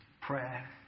prayer